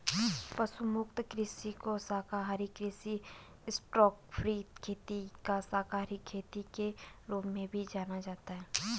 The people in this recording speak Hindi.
पशु मुक्त कृषि को शाकाहारी कृषि स्टॉकफ्री खेती या शाकाहारी खेती के रूप में भी जाना जाता है